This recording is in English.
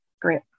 great